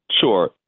Sure